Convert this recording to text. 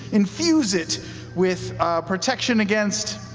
infuse it with protection against,